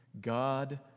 God